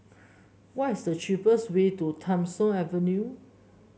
what is the cheapest way to Tham Soong Avenue